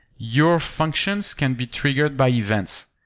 your functions can be triggered by events,